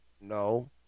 no